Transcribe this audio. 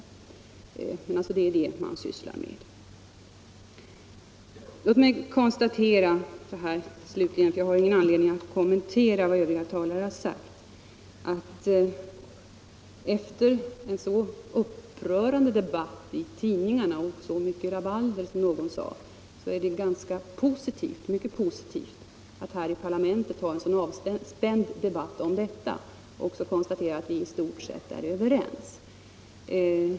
Låt mig slutligen konstatera att jag inte har någon anledning att här kommentera vad övriga talare anfört, men efter den upprörda debatt som förts i pressen och efter allt det rabalder — som någon sade - som förekommit, är det mycket positivt att vi här i parlamentet har kunnat ha en så avspänd debatt i dessa frågor och att kunna konstatera att vi i stort sett är överens.